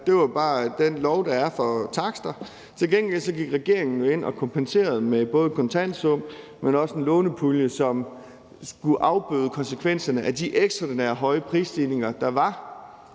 det var bare den lov, der er for takster. Til gengæld gik regeringen ind og kompenserede med både kontantsum, men også en lånepulje, som skulle afbøde konsekvenserne af de ekstraordinært høje prisstigninger, der var